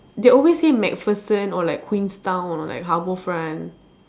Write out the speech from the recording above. they always say macpherson or like queenstown or like harbourfront